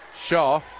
Shaw